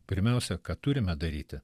pirmiausia ką turime daryti